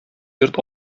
йорт